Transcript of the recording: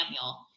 samuel